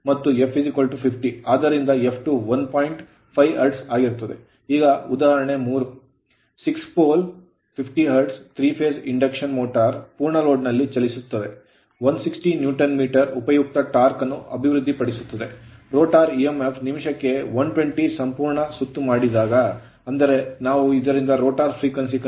ಈಗ ಉದಾಹರಣೆ 3 6 pole pole 50 hertz hertz 3 phase phase Induction motor induction motor ಪೂರ್ಣ load load ನಲ್ಲಿ ಚಲಿಸುತ್ತದೆ 160Nm ನ್ಯೂಟನ್ ಮೀಟರ್ ಉಪಯುಕ್ತ torque ಟಾರ್ಕ್ ಅನ್ನು ಅಭಿವೃದ್ಧಿಪಡಿಸುತ್ತದೆ rotor rotor e m f ನಿಮಿಷಕ್ಕೆ 120 ಸಂಪೂರ್ಣ ಸುತ್ತು ಮಾಡಿದಾಗ ಅಂದರೆ ನಾವು ಇದರಿಂದ rotor frequency ರೋಟರ್ ಫ್ರಿಕ್ವೆನ್ಸಿ ಕಂಡುಹಿಡಿಯಬೇಕು